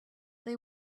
they